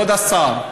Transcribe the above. כבוד השר,